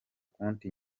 konti